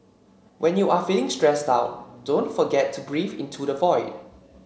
when you are feeling stressed out don't forget to breathe into the void